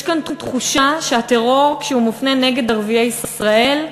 יש כאן תחושה שכשהטרור מופנה נגד ערביי ישראל,